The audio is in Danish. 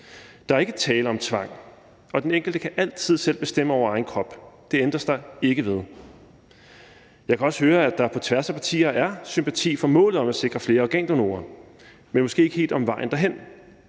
Der er ikke tale om tvang, og den enkelte kan altid selv bestemme over egen krop; det ændres der ikke ved. Jeg kan også høre, at der på tværs af partier er sympati for målet om at sikre flere organdonorer, men måske ikke helt enighed om vejen derhen.